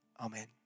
Amen